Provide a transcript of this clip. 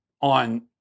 on